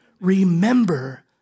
Remember